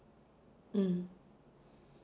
mm